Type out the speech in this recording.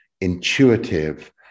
intuitive